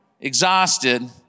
exhausted